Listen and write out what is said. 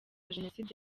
jenoside